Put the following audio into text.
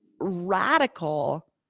radical